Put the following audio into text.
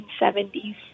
1970s